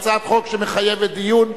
היא הצעת חוק שמחייבת דיון.